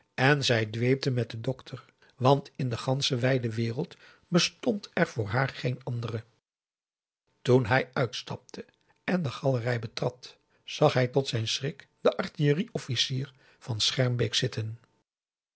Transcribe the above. en zij dweepte met den dokter want in de gansche wijde wereld bestond er voor haar geen andere toen hij uitstapte en de galerij betrad zag hij tot zijn schrik den artillerie officier van schermbeek zitten